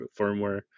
firmware